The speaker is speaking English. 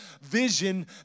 vision